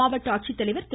மாவட்ட ஆட்சித்தலைவர் திரு